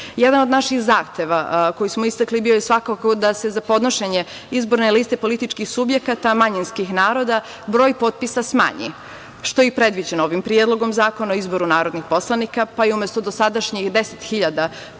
Jedan od naših zahteva koji smo istakli, bio je da se za podnošenje izborne liste političkih subjekata manjinskih naroda broj potpisa smanji, što je i predviđeno ovim Predlogom zakona o izboru narodnih poslanika, pa je umesto dosadašnjih 10.000 potpisa,